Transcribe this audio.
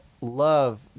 love